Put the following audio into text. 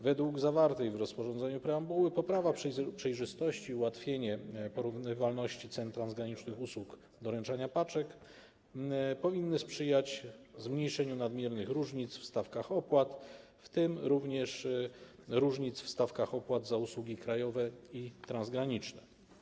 Według zawartej w rozporządzeniu preambuły poprawa przejrzystości i ułatwienie porównywalności cen transgranicznych usług doręczania paczek powinny sprzyjać zmniejszeniu nadmiernych różnic w stawkach opłat, w tym również różnic za usługi krajowe i transgraniczne.